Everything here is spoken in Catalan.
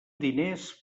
diners